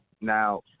now